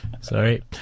Sorry